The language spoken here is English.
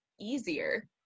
easier